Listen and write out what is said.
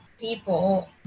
people